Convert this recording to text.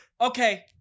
okay